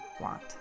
want